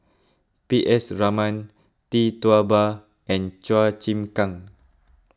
P S Raman Tee Tua Ba and Chua Chim Kang